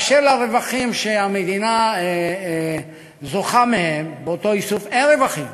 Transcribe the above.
באשר לרווחים שהמדינה זוכה להם מאותו איסוף: אין רווחים,